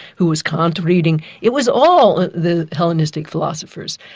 who was kant reading, it was all the hellenistic philosophers.